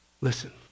Listen